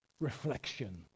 reflection